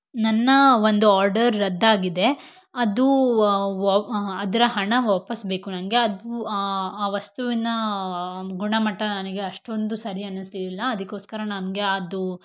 ನನ್ನ ಒಂದು ಆರ್ಡರ್ ರದ್ದಾಗಿದೆ ಅದು ಅದರ ಹಣ ವಾಪಸ್ ಬೇಕು ನನಗೆ ಅದು ಆ ವಸ್ತುವಿನ ಗುಣಮಟ್ಟ ನನಗೆ ಅಷ್ಟೊಂದು ಸರಿ ಅನ್ನಿಸ್ಲಿಲ್ಲ ಅದಕ್ಕೋಸ್ಕರ ನನಗೆ ಅದು